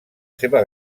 seva